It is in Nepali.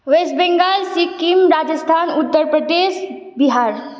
वेस्ट बेङ्गाल सिक्किम राजस्थान उत्तर प्रदेश बिहार